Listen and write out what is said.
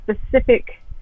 specific